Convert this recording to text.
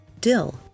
dill